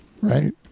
right